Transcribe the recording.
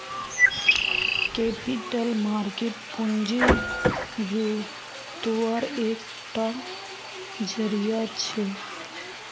capital market पूँजी जुत्वार एक टा ज़रिया छे